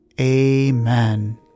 Amen